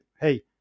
hey